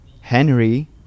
Henry